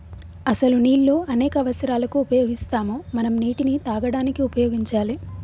అసలు నీళ్ళు అనేక అవసరాలకు ఉపయోగిస్తాము మనం నీటిని తాగడానికి ఉపయోగించాలి